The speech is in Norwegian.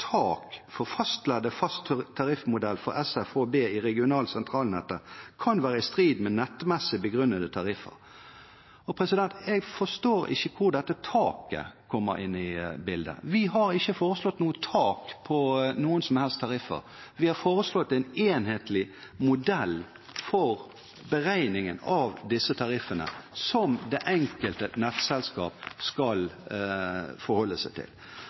tak for fastleddet/fast tariffmodell for SFHB i regional- og sentralnettet kan være i strid med nettmessig begrunnede tariffer.» Jeg forstår ikke hvor dette taket kommer inn i bildet. Vi har ikke foreslått noe tak på noen som helst tariffer. Vi har foreslått en enhetlig modell for beregningen av disse tariffene, som det enkelte nettselskap skal forholde seg til.